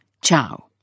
Ciao